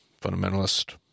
fundamentalist